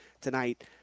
tonight